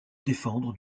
défendre